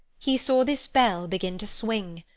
he saw this bell begin to swing.